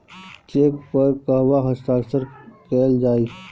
Check पर कहवा हस्ताक्षर कैल जाइ?